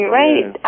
right